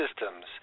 systems